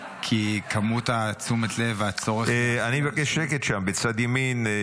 כי כמות תשומת הלב והצורך --- אני מבקש שקט שם בצד ימין,